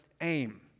aim